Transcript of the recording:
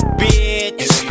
bitch